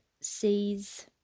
sees